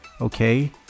Okay